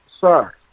sir